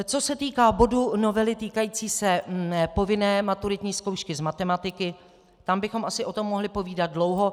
Co se týká bodu novely týkající se povinné maturitní zkoušky z matematiky, tam bychom asi o tom mohli povídat dlouho.